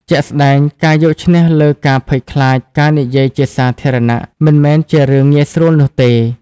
ជាក់ស្តែងការយកឈ្នះលើការភ័យខ្លាចការនិយាយជាសាធារណៈមិនមែនជារឿងងាយស្រួលនោះទេ។